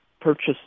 purchase